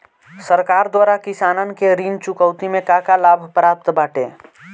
सरकार द्वारा किसानन के ऋण चुकौती में का का लाभ प्राप्त बाटे?